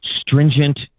stringent